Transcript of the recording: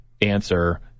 answer